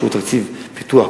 אישור תקציב פיתוח,